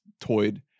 toyed